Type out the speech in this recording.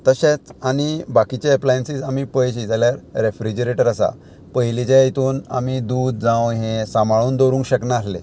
तशेंच आनी बाकीचे एप्लायन्सीस आमी पळयची जाल्यार रेफ्रिजिरेटर आसा पयलींच्या हितून आमी दूद जावं हें सांबाळून दवरूंक शकनासलें